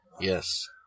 Yes